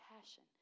passion